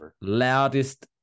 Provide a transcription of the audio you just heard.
loudest